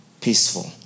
peaceful